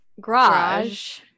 Garage